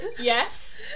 yes